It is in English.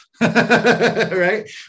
right